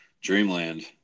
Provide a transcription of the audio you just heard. Dreamland